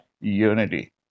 unity